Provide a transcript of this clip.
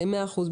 מאה אחוז.